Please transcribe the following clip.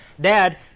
Dad